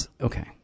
Okay